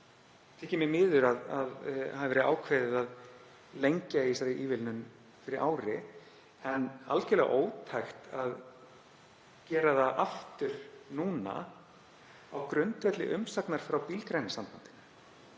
vegna þykir mér miður að ákveðið hafi verið að lengja í þessari ívilnun fyrir ári, en algerlega ótækt að gera það aftur núna á grundvelli umsagnar frá Bílgreinasambandinu,